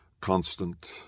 constant